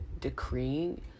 decreeing